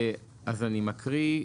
אני מקריא.